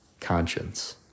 conscience